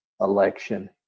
election